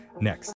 next